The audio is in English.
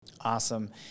Awesome